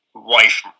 wife